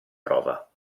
prova